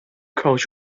coach